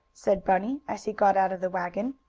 said bunny, as he got out of the wagon.